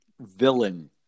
villain